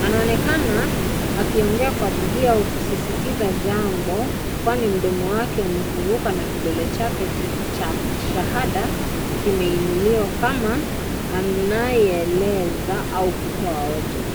Anaonekana akiongea kwa bidii au kusisitiza jambo, kwani mdomo wake amefunguka na kidole chake cha shahada, kimeinuliwa kama anayeeleza au kutoa hoja.